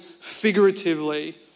figuratively